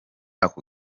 ako